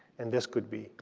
and this could be